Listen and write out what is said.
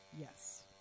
Yes